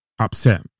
upset